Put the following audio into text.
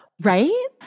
right